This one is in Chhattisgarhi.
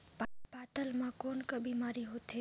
पातल म कौन का बीमारी होथे?